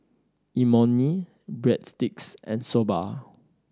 Imoni Breadsticks and Soba